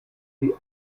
die